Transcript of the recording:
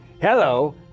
Hello